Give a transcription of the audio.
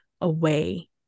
away